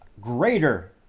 greater